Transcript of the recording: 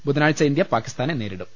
ബുധനാഴ്ച ഇന്ത്യ പാകി സ്ഥാനെ നേരിടും